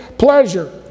Pleasure